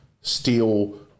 steel